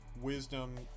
wisdom